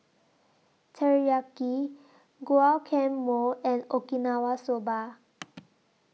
Teriyaki Guacamole and Okinawa Soba